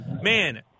man